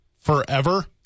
forever